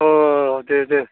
अ दे दे